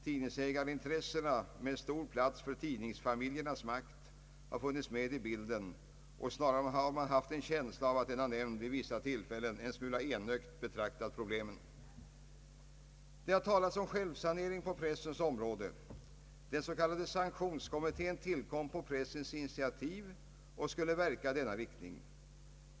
Tidningsägarintressena — med stor plats för tidningsfamiljernas makt — har funnits med i bilden, och snarare har man haft en känsla av att denna nämnd vid vissa tillfällen en smula enögt betraktat problemen. Det har talats om självsanering på pressens område. Den s.k. sanktionskommittéen tillkom på pressens initiativ och skulle verka i denna riktning.